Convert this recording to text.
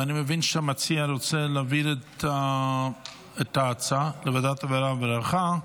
אני מבין שהמציע רוצה להעביר את ההצעה לוועדת העבודה והרווחה,